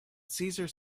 cesar